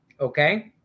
okay